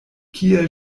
kie